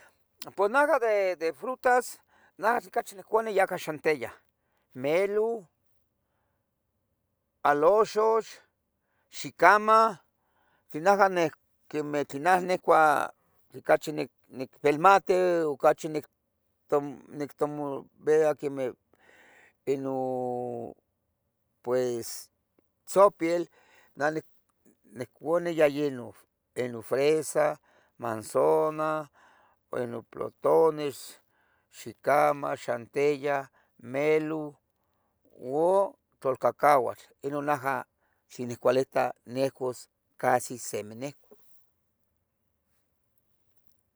Pos najah de, de frutas, najah icachi niccuani yaca xanteyah, melun, aloxox, xicamah tlin najah neh, quemeh tlin nah necua. tlin cachi, nic, nicvilmate, ocachi nicto, nictomovea quemeh. inun, pues tzopiel, nah nic, nihcouni ya inun, inun fresa. manzonah, inun plotones, xicamah, xantiyah, melun o. tlolcacauatl, inun najah seme cualeta, nehcoas, casi seme. nehcoa